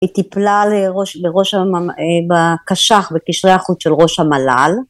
היא טיפלה לראש... בראש הממ... אה... בקש"ח - בקשרי החוץ של ראש המל"ל...